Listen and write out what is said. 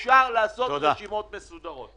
אפשר לעשות רשימות מסודרות.